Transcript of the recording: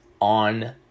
on